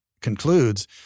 concludes